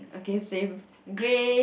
okay same grey